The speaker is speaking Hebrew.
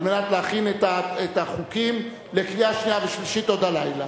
על מנת להכין את החוקים לקריאה שנייה ושלישית עוד הלילה.